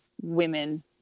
women